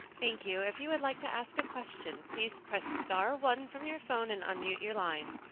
thank you. if you would like to ask a question please press star one from your phone and unmute your line.